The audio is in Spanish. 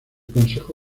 consejo